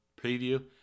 preview